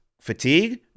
fatigue